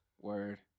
Word